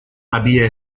había